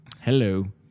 Hello